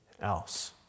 else